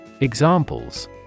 Examples